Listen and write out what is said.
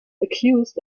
accused